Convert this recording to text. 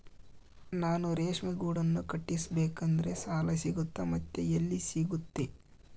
ನಾನು ರೇಷ್ಮೆ ಗೂಡನ್ನು ಕಟ್ಟಿಸ್ಬೇಕಂದ್ರೆ ಸಾಲ ಸಿಗುತ್ತಾ ಮತ್ತೆ ಎಲ್ಲಿ ಸಿಗುತ್ತೆ?